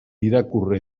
irakur